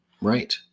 right